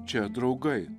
čia draugai